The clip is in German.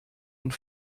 und